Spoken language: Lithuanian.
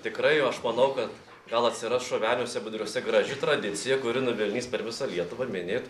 tikrai aš manau kad gal atsiras šoveniuose budriuose graži tradicija kuri nuvilnys per visą lietuvą minėt